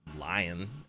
lion